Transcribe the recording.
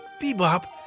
Bebop